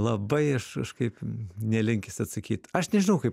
labai aš kažkaip nelinkęs atsakyt aš nežinau kaip